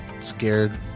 scared